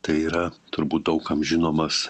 tai yra turbūt daug kam žinomas